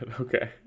Okay